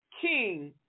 king